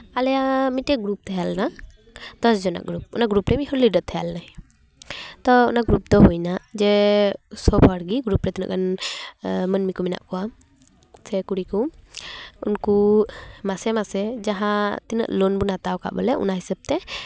ᱟᱞᱮᱭᱟᱜ ᱢᱤᱫᱴᱮᱱ ᱜᱨᱩᱯ ᱛᱟᱦᱮᱸ ᱞᱮᱱᱟ ᱫᱚᱥ ᱡᱚᱱᱟᱜ ᱜᱨᱩᱯ ᱚᱱᱟ ᱜᱨᱩᱯ ᱨᱮ ᱢᱤᱫ ᱦᱚᱲ ᱞᱤᱰᱟᱨ ᱛᱟᱦᱮᱸ ᱞᱮᱱᱟᱭ ᱛᱚ ᱚᱱᱟ ᱜᱨᱩᱯ ᱫᱚ ᱦᱩᱭᱱᱟ ᱡᱮ ᱥᱳᱵᱽ ᱦᱚᱲ ᱜᱮ ᱜᱨᱩᱯ ᱨᱮ ᱛᱤᱱᱟᱹᱜ ᱜᱟᱱ ᱢᱟᱹᱱᱢᱤ ᱠᱚ ᱢᱮᱱᱟᱜ ᱠᱚᱣᱟ ᱥᱮ ᱠᱩᱲᱤ ᱠᱚ ᱩᱱᱠᱩ ᱢᱟᱥᱮ ᱢᱟᱥᱮ ᱡᱟᱦᱟᱸ ᱛᱤᱱᱟᱹᱜ ᱞᱳᱱ ᱵᱚᱱ ᱦᱟᱛᱟᱣ ᱠᱟᱜ ᱵᱚᱞᱮ ᱚᱱᱟ ᱦᱤᱥᱟᱹᱵᱽᱛᱮ